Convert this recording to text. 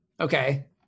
okay